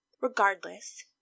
Regardless